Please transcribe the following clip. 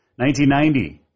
1990